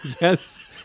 yes